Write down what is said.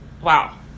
wow